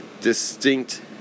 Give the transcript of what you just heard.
distinct